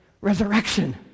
Resurrection